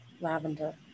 lavender